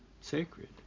sacred